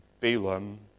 Balaam